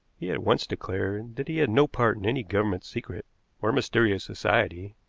he at once declared that he had no part in any government secret or mysterious society,